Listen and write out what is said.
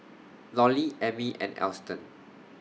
Lollie Emmy and Alston